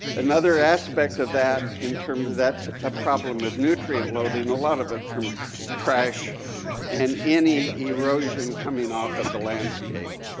another aspect of that, in terms of that's a problem of nutrient loading, a lot of it from trash and any erosion coming off of the landscape,